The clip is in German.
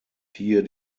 hier